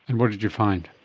and what did you find?